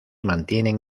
mantienen